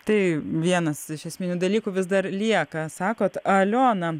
tai vienas iš esminių dalykų vis dar lieka sakot aliona